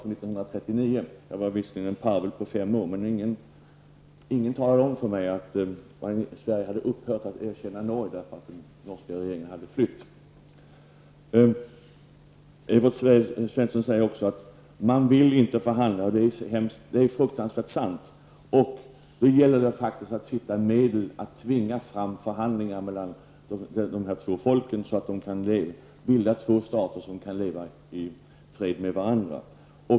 1939 var jag visserligen en parvel på fem år, men ingen talade om för mig att Sverige hade upphört att erkänna Norge därför att den norska regeringen hade flyttat. Evert Svensson sade att man inte vill förhandla. Det är fruktansvärt sant. Då gäller det att hitta medel att tvinga fram förhandlingar mellan dessa båda folk, så att de kan bilda två stater som kan leva i fred med varandra.